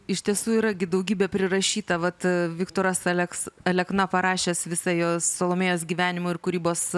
iš tiesų yra gi daugybė prirašyta vat viktoras aleksa alekna parašęs visą jos salomėjos gyvenimo ir kūrybos